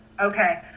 Okay